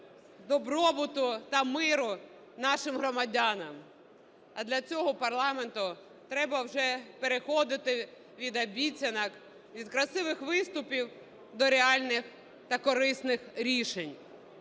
добробуту та миру нашим громадянам, а для цього парламенту треба вже переходити від обіцянок, від красивих виступів до реальних та корисних рішень.